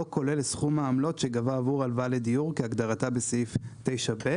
לא כולל סכום העמלות שגבה עבור הלוואה לדיור כהגדרתה בסעיף 9ב,